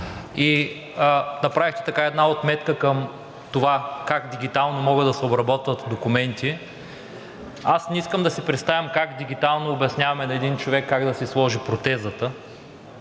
и направихте една отметка към това как дигитално могат да се обработват документи. Аз не искам да си представям как дигитално обясняваме на един човек как да си сложи протезата